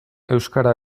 euskara